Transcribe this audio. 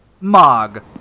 Mog